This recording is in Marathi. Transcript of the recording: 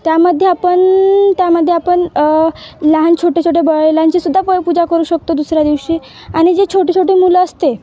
त्यामध्ये आपण त्यामध्ये आपण लहान छोटे छोटे बैलांचीसुद्धा पयपूजा करू शकतो दुसऱ्या दिवशी आणि जे छोटे छोटे मुलं असते